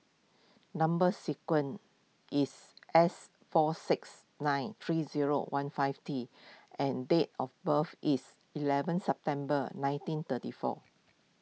Number Sequence is S four six nine three zero one five T and date of birth is eleven September nineteen thirty four